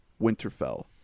Winterfell